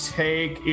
take